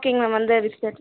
ஓகேங்க மேம்